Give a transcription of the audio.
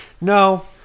No